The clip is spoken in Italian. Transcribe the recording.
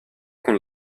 con